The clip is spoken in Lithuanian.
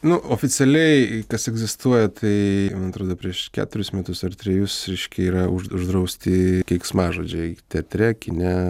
nu oficialiai kas egzistuoja tai man atrodo prieš keturis metus ar trejus reiškia yra už uždrausti keiksmažodžiai teatre kine